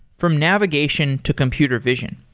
from navigation to computer vision.